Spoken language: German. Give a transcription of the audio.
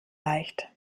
leicht